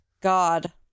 God